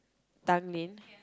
Tanglin